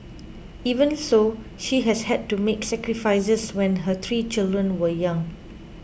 even so she has had to make sacrifices when her three children were young